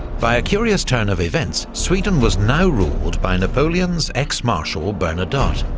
by a curious turn of events, sweden was now ruled by napoleon's ex-marshal, bernadotte.